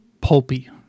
pulpy